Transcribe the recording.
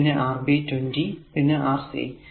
പിന്നെ Rb 20 Ω പിന്നെ Rc